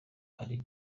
ari